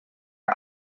are